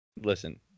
Listen